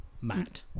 Matt